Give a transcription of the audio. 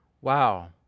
wow